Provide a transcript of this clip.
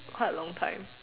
quite a long time